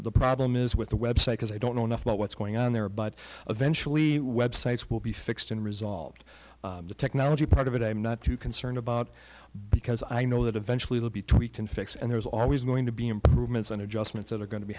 the problem is with the website because i don't know enough about what's going on there but eventually websites will be fixed and resolved the technology part of it i'm not too concerned about because i know that eventually will be tweaked and fix and there's always going to be improvements and adjustments that are going to